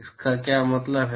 इसका क्या मतलब है